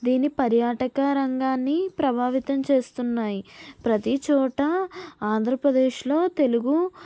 దీని పర్యాటక రంగాన్ని ప్రభావితం చేస్తున్నాయి ప్రతీ చోట ఆంధ్రప్రదేశ్లో తెలుగు